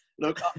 Look